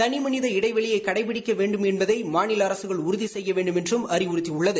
தனி மனித இடைவெளியை கடைபிடிக்க வேண்டுமென்று மாநில அரசுகள் உறுதி செய்ய வேண்டுமென்று அறிவுறுத்தியுள்ளது